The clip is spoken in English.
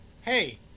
hey